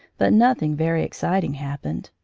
but nothing very exciting happened.